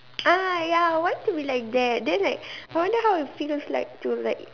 ah ya I want to be like that then like I wonder how if feels like to like